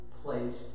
placed